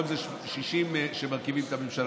היום זה 60 שמרכיבים את הממשלה.